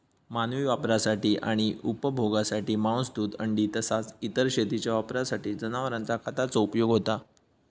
मानवी वापरासाठी आणि उपभोगासाठी मांस, दूध, अंडी तसाच इतर शेतीच्या वापरासाठी जनावरांचा खताचो उपयोग होता